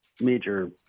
major